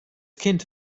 kind